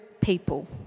people